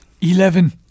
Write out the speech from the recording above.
Eleven